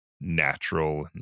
natural